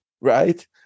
right